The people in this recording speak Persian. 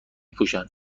پوشن